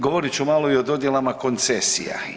Govorit ću malo i o dodjelama koncesija.